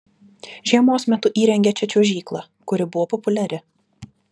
žiemos metu įrengė čia čiuožyklą kuri buvo populiari